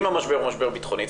אם המשבר הוא משבר ביטחוני,